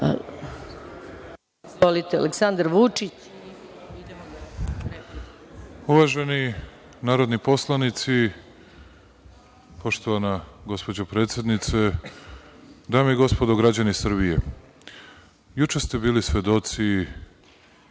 Uvaženi narodni poslanici, poštovana gospođo predsednice, dame i gospodo, građani Srbije, juče ste bili svedoci